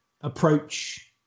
approach